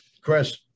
Chris